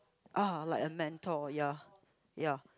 ah like a mentor ya ya